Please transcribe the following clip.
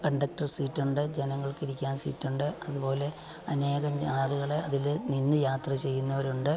conductor സീറ്റുണ്ട് ജനങ്ങൾക്കിരിക്കാനും സീറ്റുണ്ട് അത്പോലെ അനേകം ആളുകള് അതില് നിന്ന് യാത്ര ചെയ്യ്ന്നവരുണ്ട്